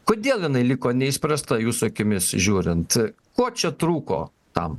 kodėl jinai liko neišspręsta jūsų akimis žiūrint ko čia trūko tam